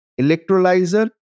electrolyzer